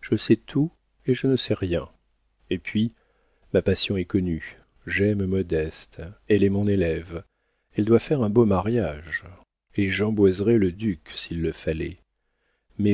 je sais tout et je ne sais rien et puis ma passion est connue j'aime modeste elle est mon élève elle doit faire un beau mariage et j'emboiserais le duc s'il le fallait